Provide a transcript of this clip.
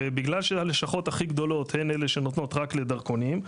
ובגלל שהלשכות הכי גדולות הן אלה שנותנות רק לדרכונים,